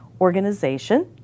organization